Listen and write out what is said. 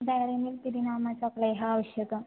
dairy Milk इति नाम्नः चाकलेहः आवश्यकः